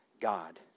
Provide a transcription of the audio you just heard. God